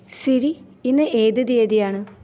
Siri ഇന്ന് ഏത് തീയതിയാണ്